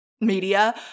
media